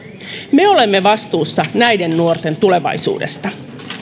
me olemme vastuussa näiden nuorten tulevaisuudesta